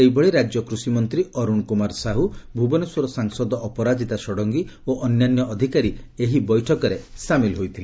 ସେହିଭଳି ରାକ୍ୟ କୂଷିମନ୍ତୀ ଅରୁଣ କୁମାର ସାହୁ ଭୁବନେଶ୍ୱର ସାଂସଦ ଅପରାଜିତା ଷଡ଼ଙ୍ଗୀ ଓ ଅନ୍ୟାନ୍ୟ ଅଧିକାରୀ ଏହି ବୈଠକରେ ସାମିଲଥିଲେ